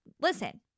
Listen